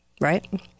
right